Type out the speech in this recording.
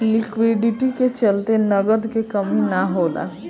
liquidity के चलते नगद के कमी ना होला